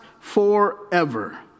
forever